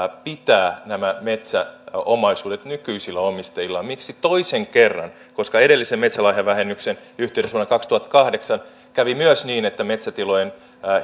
pitää nämä metsäomaisuudet nykyisillä omistajillaan miksi toisen kerran koska edellisen metsälahjavähennyksen yhteydessä vuonna kaksituhattakahdeksan kävi myös niin että metsätilojen